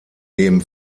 neben